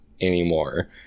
anymore